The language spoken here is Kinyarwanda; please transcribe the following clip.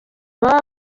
baba